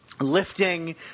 lifting